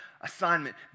assignment